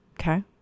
okay